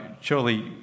surely